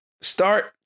start